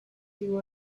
you